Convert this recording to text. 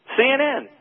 CNN